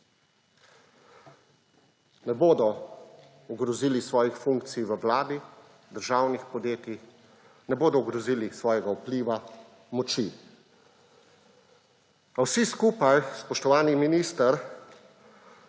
Ne bodo ogrozili svojih funkcij v vladi, državnih podjetij, ne bodo ogrozili svojega vpliva, moči. A vsi skupaj, spoštovani minister,